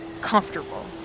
comfortable